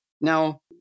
Now